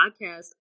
podcast